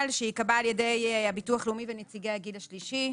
שייקבע על ידי הביטוח הלאומי ונציגי הגיל השלישי.